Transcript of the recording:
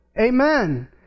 Amen